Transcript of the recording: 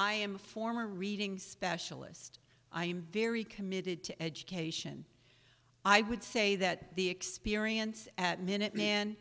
i am a former reading specialist i am very committed to education i would say that the experience at minuteman